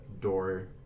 door